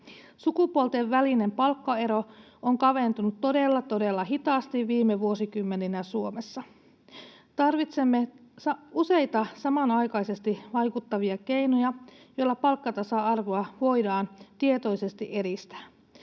Sukupuolten välinen palkkaero on kaventunut todella, todella hitaasti viime vuosikymmeninä Suomessa. Tarvitsemme useita samanaikaisesti vaikuttavia keinoja, joilla palkkatasa-arvoa voidaan tietoisesti edistää.